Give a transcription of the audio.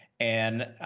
and